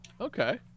okay